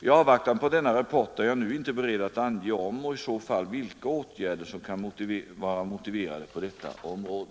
I avvaktan på denna rapport är jag nu inte beredd att ange om och i så fall vilka åtgärder som kan vara motiverade på detta område.